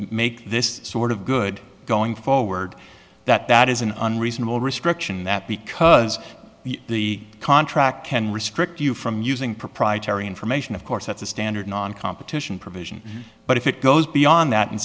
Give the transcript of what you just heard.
make this sort of good going forward that that is an unreasonable restriction that because the contract can restrict you from using proprietary information of course that's a standard non competition provision but if it goes beyond that and